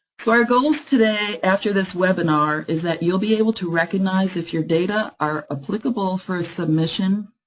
so our goals today, after this webinar, is that you'll be able to recognize if your data are applicable for submission,